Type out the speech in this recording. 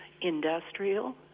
industrial